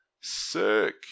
Sick